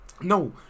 No